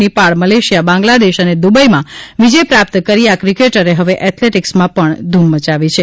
Nepal Malaysia Bangladesh અને દુબઇમાં વિજય પ્રાપ્ત કરી આ ક્રિકેટરે હવે એથલેટીકસમાં પણ ધૂમ મયાવી છે